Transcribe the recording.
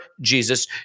Jesus